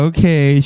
Okay